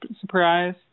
surprise